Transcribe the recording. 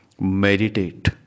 Meditate